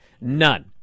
None